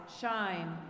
shine